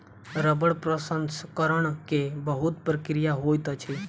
रबड़ प्रसंस्करण के बहुत प्रक्रिया होइत अछि